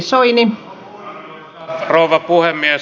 arvoisa rouva puhemies